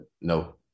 no